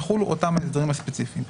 יחולו אותם את ההסדרים הספציפיים.